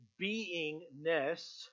beingness